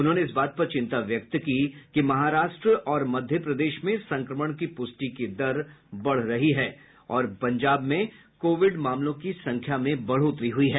उन्होंने इस बात पर चिंता व्यक्त की कि महाराष्ट्र और मध्य प्रदेश में संक्रमण की पुष्टि की दर बढ रही है और पंजाब में कोविड मामलों की संख्या में बढ़ोतरी हुई है